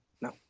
no